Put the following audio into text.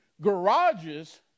Garages